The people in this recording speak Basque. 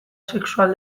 sexual